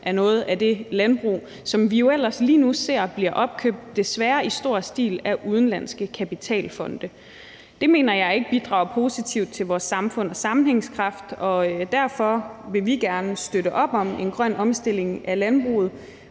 af noget af det landbrug, som vi jo ellers lige nu desværre i stor stil ser bliver opkøbt af udenlandske kapitalfonde. Det mener jeg ikke bidrager positivt til vores samfund og sammenhængskraften. Derfor vil vi gerne støtte op om en grøn omstilling af landbruget